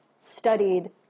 studied